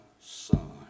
son